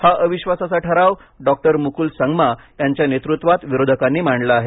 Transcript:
हा अविश्वासाचा ठराव डॉक्टर मुकुल संगमा यांच्या नेतूत्वात विरोधकांनी मांडला आहे